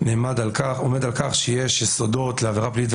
עומד על כך שיש יסודות לעבירה פלילית,